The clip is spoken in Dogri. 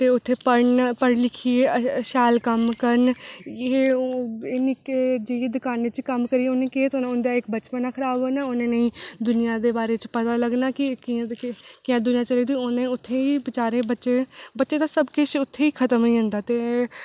ते उत्थै पढ़़न पढ़न लिखी ऐ शैल कम्म करन जे ओह् इयै जनेही दकानें र कम्म करियै उनेंगी केह् थ्होना उंदा इक बचपना खराब होना ते नेईं उनेंगी दुनियां दे बारे च पता लग्गना कि कियां केह् दुनियां चली दी जियां में उत्थै ही बचारे बच्चे बच्चे दा सब किश उत्थै खत्म होई जंदा ते